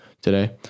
today